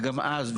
וגם אז,